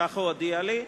כך הוא הודיע לי.